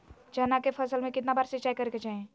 चना के फसल में कितना बार सिंचाई करें के चाहि?